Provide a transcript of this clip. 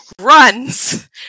Runs